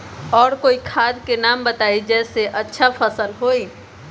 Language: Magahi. और कोइ खाद के नाम बताई जेसे अच्छा फसल होई?